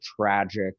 tragic